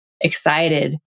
excited